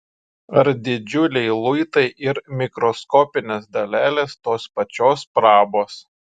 ar didžiuliai luitai ir mikroskopinės dalelės tos pačios prabos